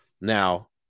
Now